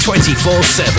24-7